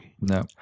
No